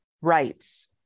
rights